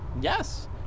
Yes